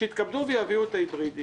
שיתכבדו ויביאו את הצו בעניין